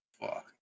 fuck